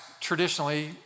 traditionally